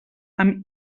amb